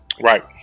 right